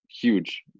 huge